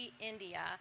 India